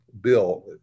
bill